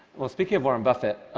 well, speaking of warren buffett,